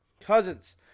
Cousins